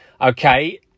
Okay